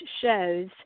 shows